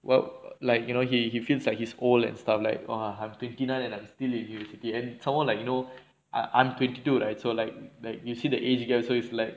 well like you know he he feels like he's old and stuff like !wah! I'm twenty nine and I'm still in university and some more like you know I I'm twenty two so like like you see the age you gap so it's like